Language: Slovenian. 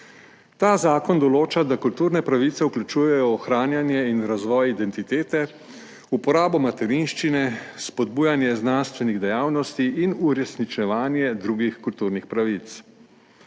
Ta zakon določa, da kulturne pravice vključujejo ohranjanje in razvoj identitete, uporabo materinščine, spodbujanje znanstvenih dejavnosti in uresničevanje drugih kulturnih pravic.